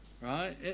Right